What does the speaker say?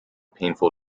painful